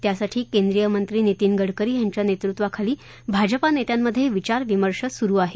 त्यासाठी केन्द्रीय मंत्री नीतिन गडकरी यांच्या नेतृत्वाखाली भाजपा नेत्यांमधे विचार विमर्श चालू आहे